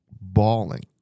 bawling